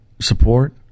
support